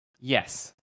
Yes